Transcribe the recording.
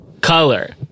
color